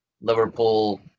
liverpool